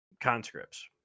conscripts